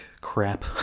crap